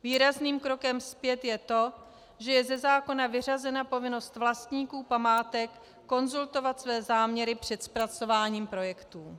Výrazným krokem zpět je to, že je ze zákona vyřazena povinnost vlastníků památek konzultovat své záměry před zpracováním projektů.